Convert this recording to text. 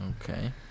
okay